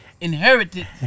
inherited